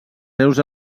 seus